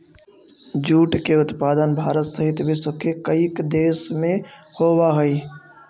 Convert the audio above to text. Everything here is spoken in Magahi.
जूट के उत्पादन भारत सहित विश्व के कईक देश में होवऽ हइ